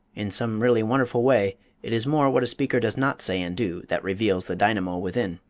in some really wonderful way it is more what a speaker does not say and do that reveals the dynamo within.